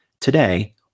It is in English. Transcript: Today